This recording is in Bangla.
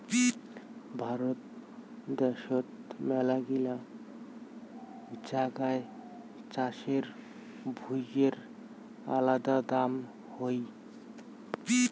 ভারত দ্যাশোত মেলাগিলা জাগায় চাষের ভুঁইয়ের আলাদা দাম হই